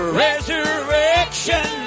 resurrection